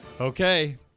Okay